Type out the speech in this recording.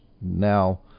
now